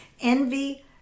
envy